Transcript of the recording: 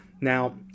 Now